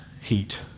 heat